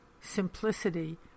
simplicity